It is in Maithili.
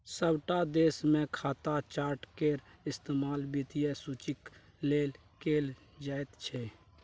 सभटा देशमे खाता चार्ट केर इस्तेमाल वित्तीय सूचीक लेल कैल जाइत छै